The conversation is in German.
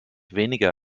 weniger